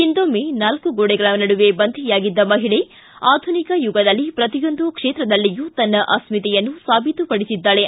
ಹಿಂದೊಮ್ಮೆ ನಾಲ್ಕು ಗೋಡೆಗಳ ನಡುವೆ ಬಂಧಿಯಾಗಿದ್ದ ಮಹಿಳೆ ಆಧುನಿಕ ಯುಗದಲ್ಲಿ ಪ್ರತಿಯೊಂದು ಕ್ಷೇತ್ರದಲ್ಲಿಯೂ ತನ್ನ ಅಸ್ಥಿತೆಯನ್ನು ಸಾಬೀತುಪಡಿಸಿದ್ದಾಳೆ